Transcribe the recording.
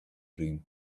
dream